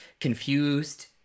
confused